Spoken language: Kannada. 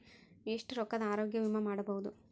ಎಷ್ಟ ರೊಕ್ಕದ ಆರೋಗ್ಯ ವಿಮಾ ಮಾಡಬಹುದು?